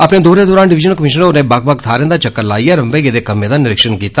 अपने दौरे दौरान डिविजनल कमीश्नर होरें बक्ख थाहरें दा चक्कर लाइयै रम्बे गेदे कम्मै दा निरीक्षण कीता